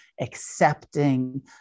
accepting